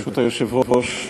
ברשות היושב-ראש,